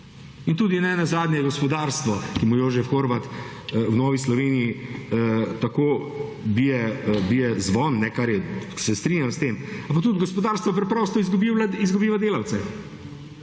In tudi nenazadnje gospodarstvo, ki mu Jožef Horvat v Novi Sloveniji tako bije zvon, kar se strinjam s tem, ampak tudi gospodarstvo preprosto izgubi delavce